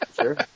Sure